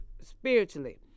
spiritually